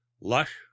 lush